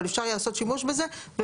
אבל אפשר לעשות שימוש בזה.